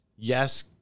Yes